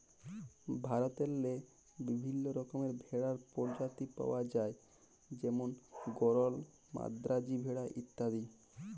ভারতেল্লে বিভিল্ল্য রকমের ভেড়ার পরজাতি পাউয়া যায় যেমল গরল, মাদ্রাজি ভেড়া ইত্যাদি